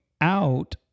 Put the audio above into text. out